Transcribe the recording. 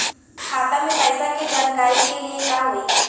खाता मे पैसा के जानकारी के लिए का होई?